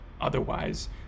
otherwise